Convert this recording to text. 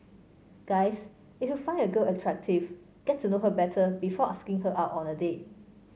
guys if you find a girl attractive get to know her better before asking her out on a date